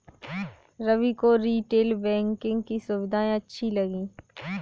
रवि को retail banking की सुविधाएं अच्छी लगी